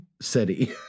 city